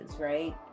right